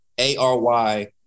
A-R-Y